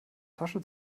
tasche